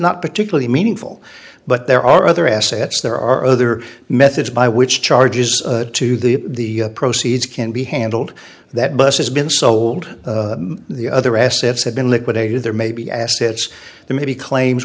not particularly meaningful but there are other assets there are other methods by which charges to the proceeds can be handled that bus has been sold the other assets have been liquidated there may be assets the may be claims